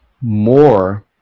more